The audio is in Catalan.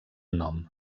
nom